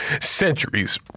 centuries